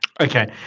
Okay